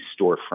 storefront